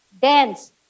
dance